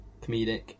comedic